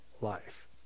life